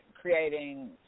creating